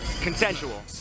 consensual